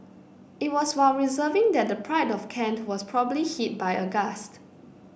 it was while reversing that the Pride of Kent was probably hit by a gust